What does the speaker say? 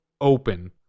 open